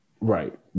Right